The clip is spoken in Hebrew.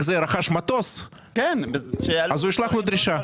זעיר רכש מטוס הוא ישלח לו דרישה.